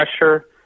pressure